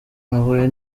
nahuye